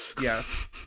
yes